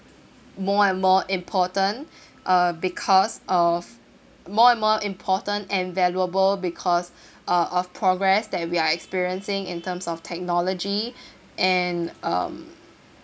more and more important uh because of more and more important and valuable because uh of progress that we are experiencing in terms of technology and um